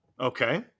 Okay